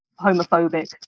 homophobic